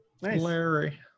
Larry